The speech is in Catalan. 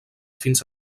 fins